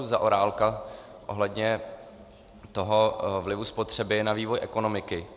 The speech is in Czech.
Zaorálka ohledně toho vlivu spotřeby na vývoj ekonomiky.